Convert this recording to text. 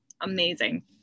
amazing